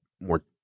more